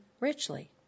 richly